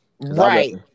Right